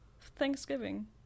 Thanksgiving